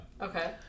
okay